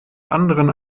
anderen